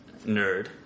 Nerd